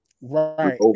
Right